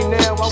now